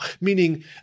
Meaning